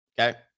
Okay